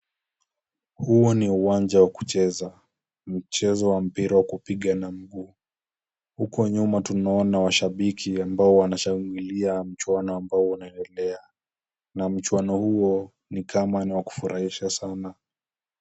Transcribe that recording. Huo ni uwanja wa kucheza, mchezo wa mpira wa kupiga na mguu. Huko nyuma tunaona mashabiki ambao wanaoshangilia mchwano ambao unaendelea na mchuano huo ni kama ni wakufurahisha sana.